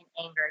anger